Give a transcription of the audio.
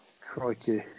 Crikey